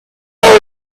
wrote